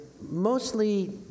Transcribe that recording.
mostly